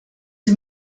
sie